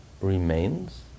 remains